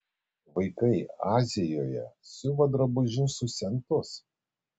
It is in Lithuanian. vaikai azijoje siuva drabužius už centus